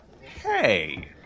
hey